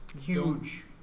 Huge